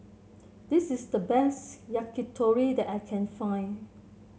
this is the best Yakitori that I can find